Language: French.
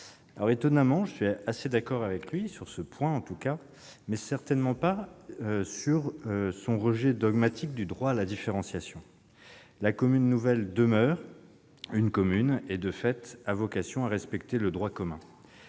suis- étonnamment ! -assez d'accord avec lui, en tout cas sur ce point, mais certainement pas sur son rejet dogmatique du droit à la différenciation. La commune nouvelle demeure une commune et a, de fait, vocation à respecter le droit commun.